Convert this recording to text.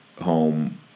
home